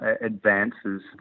advances